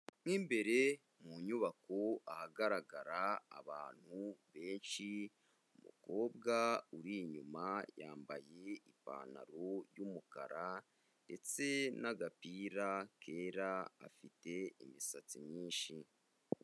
Mu imbere mu nyubako ahagaragara abantu benshi, umukobwa uri inyuma yambaye ipantaro y'umukara ndetse n'agapira kera afite imisatsi myinshi.